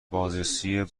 بازرسی